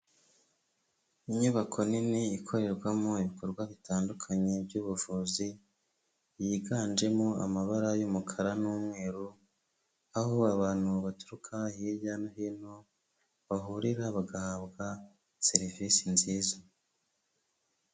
Inyubako nini ikorerwamo ibikorwa bitandukanye by'ubuvuzi, yiganjemo amabara y'umukara n'umweru, aho abantu baturuka hirya no hino bahurira bagahabwa serivisi nziza.